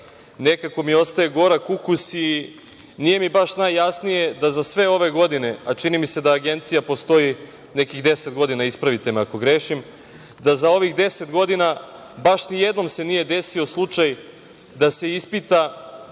nekako mi ostaje gorak ukus i nije mi baš najjasnije da za sve ove godine, a čini mi se da Agencija postoji nekih deset godina, ispravite me ako grešim, da za ovih deset godina baš nijednom se nije desio slučaj da se ispita